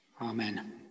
Amen